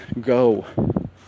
go